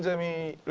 yeah me?